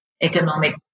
economic